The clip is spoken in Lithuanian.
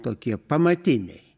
tokie pamatiniai